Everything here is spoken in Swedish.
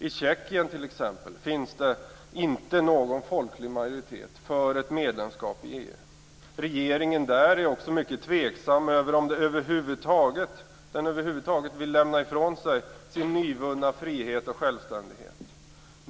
I t.ex. Tjeckien finns det inte någon folklig majoritet för ett medlemskap i EU. Regeringen där är också mycket tveksam till om den över huvud taget vill lämna ifrån sig sin nyvunna frihet och självständighet.